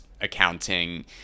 accounting